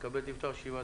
היום יום רביעי,